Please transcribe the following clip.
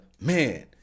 man